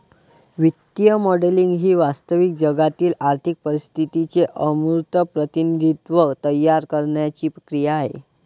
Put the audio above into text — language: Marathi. वित्तीय मॉडेलिंग ही वास्तविक जगातील आर्थिक परिस्थितीचे अमूर्त प्रतिनिधित्व तयार करण्याची क्रिया आहे